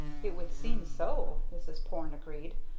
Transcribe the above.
it would seem so, mrs. porne agreed.